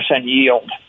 yield